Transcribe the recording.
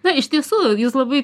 na iš tiesų jūs labai